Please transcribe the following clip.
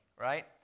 right